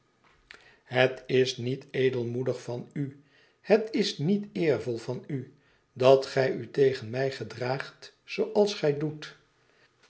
het is niet edelmoedig van u het is niet eervol van u dat gij a tegen mij gedraagt zooals gij doet